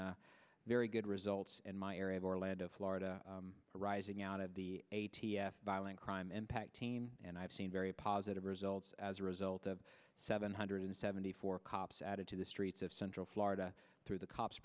very good results in my area of orlando florida arising out of the a t f violent crime impact team and i have seen very positive results as a result of seven hundred seventy four cops added to the streets of central florida through the cops